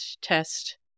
test